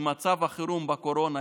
מצב החירום של הקורונה,